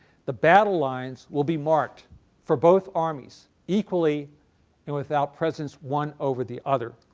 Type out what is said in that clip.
the battle lines will be marked for both armies equally and with out preference one over the other.